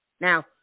Now